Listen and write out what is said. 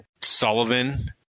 Sullivan